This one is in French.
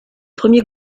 premier